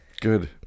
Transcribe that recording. Good